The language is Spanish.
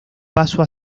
paso